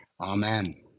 amen